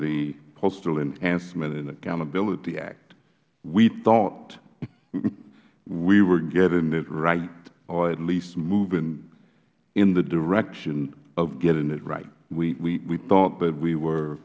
the postal enhancement and accountability act we thought we were getting it right or at least moving in the direction of getting it right we thought that we were